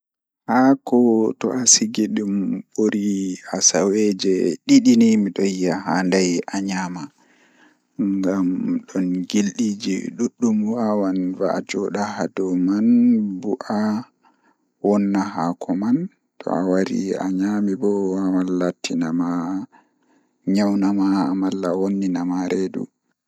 Ko ɗumɗi waɗɗi, kayitugal keeri foti njammugo jowri lewruɗi so haje feere fi fiildeeji. Ko tokki ɓe ɗum neɗɗa ko feere fotaade e leyƴi, wi'aajo suufu e ɓe njama. So kayitugal ɗum njahi ɓe ɓuri laawol walla baɗɗum ngal.